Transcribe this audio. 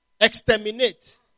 exterminate